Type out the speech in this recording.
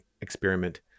experiment